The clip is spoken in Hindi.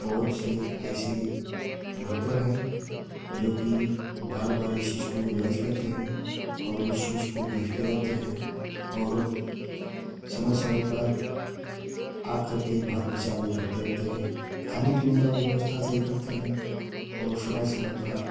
बहुत से ऐसे डॉक्टर हैं जो कि बार बार इस चीज़ को रिवाइज करते हैं और उस चीज़ को देखते रहते हैं और समय समय पर आकर के बात विचार भी करते रहते हैं खाने पीने का भी व्यवस्था सही करते हैं और समय समय पर